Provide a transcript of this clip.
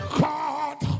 God